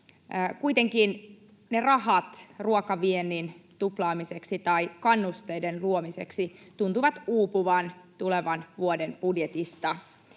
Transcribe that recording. Kuitenkin ne rahat ruokaviennin tuplaamiseksi tai kannusteiden luomiseksi tuntuvat uupuvan tulevan vuoden budjetista.